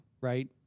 right